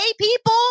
people